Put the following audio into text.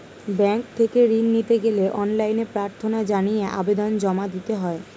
bank থেকে ঋণ নিতে গেলে অনলাইনে প্রার্থনা জানিয়ে আবেদন জমা দিতে হয়